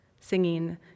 singing